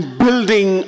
building